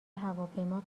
هواپیما